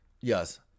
Yes